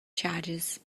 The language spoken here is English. charges